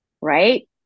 Right